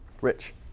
Rich